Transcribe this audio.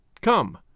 Come